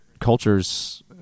cultures